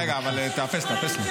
רגע, רגע, אבל תאפס לי.